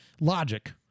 logic